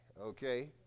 okay